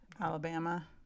Alabama